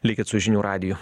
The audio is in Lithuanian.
likit su žinių radiju